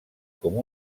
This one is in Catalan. com